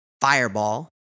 Fireball